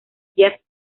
jeff